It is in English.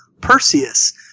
Perseus